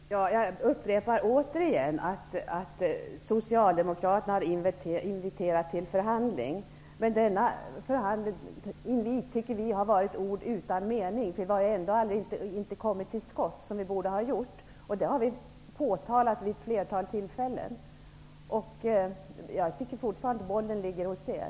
Fru talman! Jag upprepar återigen att Socialdemokraterna har inviterat till förhandling. Men denna invit tycker vi har varit ord utan mening, för det har inte gått att komma till skott på det sätt som borde ha skett. Det har vi påtalat vid ett flertal tillfällen. Jag tycker fortfarande att bollen ligger hos er.